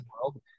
world